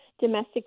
domestic